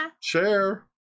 Share